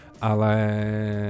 ale